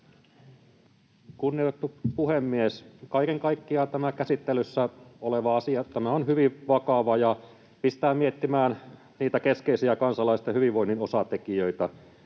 Kunnioitettu puhemies! Kaiken kaikkiaan tämä käsittelyssä oleva asia on hyvin vakava ja pistää miettimään niitä keskeisiä kansalaisten hyvinvoinnin osatekijöitä: